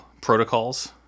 protocols